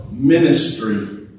Ministry